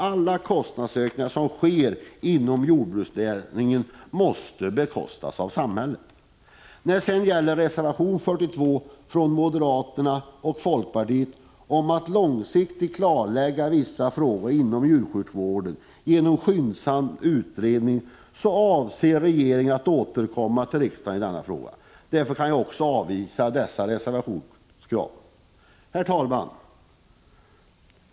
Det kan inte vara enbart samhället som skall finansiera alla kostnadsökningar som sker inom jordbruksnäringen. I reservation 42 från moderata samlingspartiet och folkpartiet framhålls vikten av långsiktig kartläggning av vissa frågor inom djursjukvården genom en skyndsam utredning. Regeringen avser att återkomma till riksdagen i denna fråga. Därför kan jag avvisa också detta reservationskrav. Herr talman!